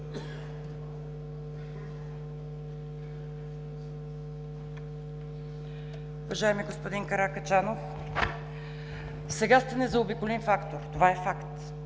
Уважаеми господин Каракачанов, сега сте незаобиколим фактор. Това е факт.